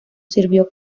sirvió